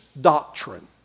doctrine